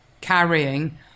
carrying